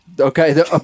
Okay